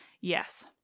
Yes